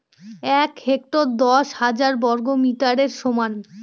এক হেক্টর দশ হাজার বর্গমিটারের সমান